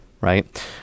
right